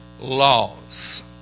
laws